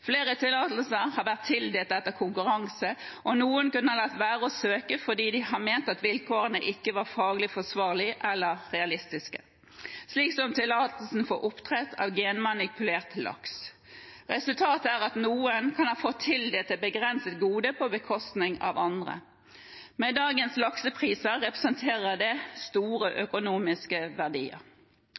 Flere tillatelser har vært tildelt etter konkurranse, og noen kan ha latt være å søke fordi de har ment at vilkårene ikke var faglig forsvarlige eller realistiske, slik som tillatelsen for oppdrett av genmanipulert laks. Resultatet er at noen kan ha fått tildelt et begrenset gode på bekostning av andre. Med dagens laksepriser representerer det store økonomiske verdier.